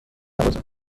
نوازم